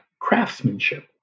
craftsmanship